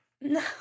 No